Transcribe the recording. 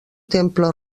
temple